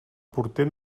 porter